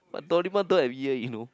but Doraemon don't have ear you know